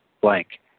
blank